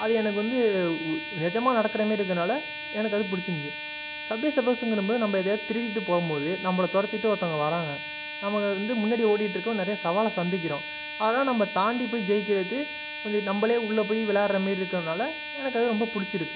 அது எனக்கு வந்து நிஜமா நடக்கிற மாரி இருக்கிறனால எனக்கு அது பிடிச்சிருந்தது சப்வேசர்ஃபர்ஸ்ங்கிறம் போது நம்ம எதையாவது திருடிட்டு போகும்போது நம்மள துரத்திட்டு ஒருத்தவங்க வர்றாங்க நம்ம வந்து முன்னாடி ஓடிகிட்டு இருக்கோம் நிறையா சவாலை சந்திக்கிறோம் அதலாம் நம்ம தாண்டி போய் ஜெயிக்கிறது கொஞ்சம் நம்மளே உள்ள போய் விளையாடுற மாரி இருக்கிறனால எனக்கு அது ரொம்ப பிடிச்சிருக்கு